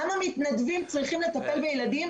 למה מתנדבים צריכים לטפל בילדים?